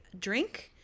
drink